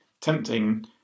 tempting